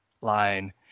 line